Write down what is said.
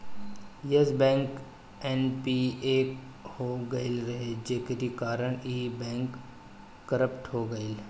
Yes Bank NPA हो गईल रहे जेकरी कारण इ बैंक करप्ट हो गईल